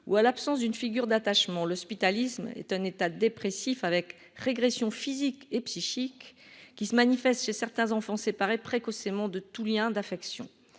ou à l'absence d'une figure d'attachement l'hospitaliser est un état dépressif avec régression physique et psychique qui se manifeste chez certains enfants séparés précocement de tout lien d'affection,